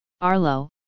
Arlo